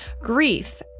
grief